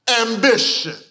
ambition